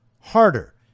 harder